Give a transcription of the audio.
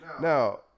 now